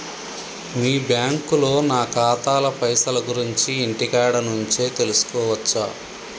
మీ బ్యాంకులో నా ఖాతాల పైసల గురించి ఇంటికాడ నుంచే తెలుసుకోవచ్చా?